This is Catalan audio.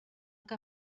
que